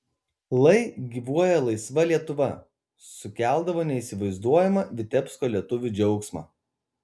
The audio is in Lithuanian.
lai gyvuoja laisva lietuva sukeldavo neįsivaizduojamą vitebsko lietuvių džiaugsmą